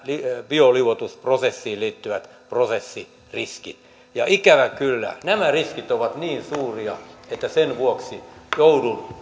bioliuotusprosessiin liittyvät prosessiriskit ja ikävä kyllä nämä riskit ovat niin suuria että sen vuoksi joudun